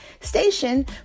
station